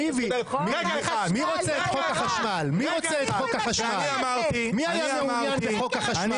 מי היה מעוניין בחוק החשמל?